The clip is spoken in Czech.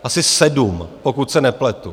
Asi sedm, pokud se nepletu.